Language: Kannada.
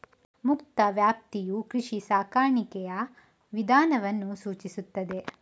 ಮುಕ್ತ ವ್ಯಾಪ್ತಿಯು ಕೃಷಿ ಸಾಕಾಣಿಕೆಯ ವಿಧಾನವನ್ನು ಸೂಚಿಸುತ್ತದೆ